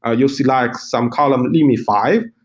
ah you'll see like some column, maybe five.